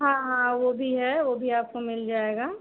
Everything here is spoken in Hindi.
हाँ हाँ वह भी है वह भी आपको मिल जाएगा